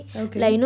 okay